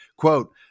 Quote